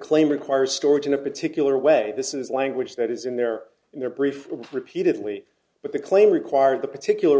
claim requires storage in a particular way this is language that is in there in their brief repeatedly but the claim required the particular